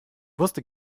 wusste